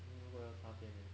你如果要插电 leh